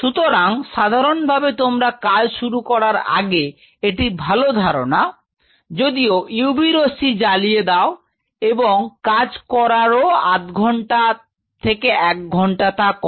সুতরাং সাধারণভাবে তোমরা কাজ শুরু করার আগে এটি ভাল ধারণা যদি UV রশ্মি জ্বালিয়ে দাও এবং কাজ করার পরেও আধ ঘন্টা থেকে এক ঘন্টা তা করো